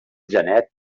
genet